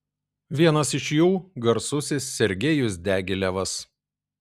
vienas iš jų garsusis sergejus diagilevas